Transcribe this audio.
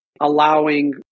allowing